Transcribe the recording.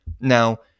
Now